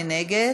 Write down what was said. מי נגד?